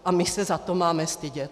A my se za to máme stydět?